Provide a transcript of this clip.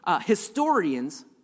historians